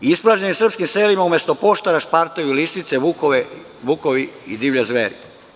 U ispražnjenim srpskim selima umesto poštara špartaju lisice, vukovi i divlje zveri.